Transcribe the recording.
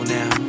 now